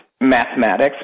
Mathematics